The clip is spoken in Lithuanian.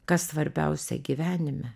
kas svarbiausia gyvenime